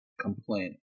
complaining